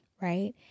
right